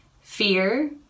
fear